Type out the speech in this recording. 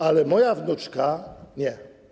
Ale moja wnuczka - nie.